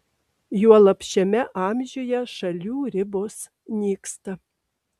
juolab šiame amžiuje šalių ribos nyksta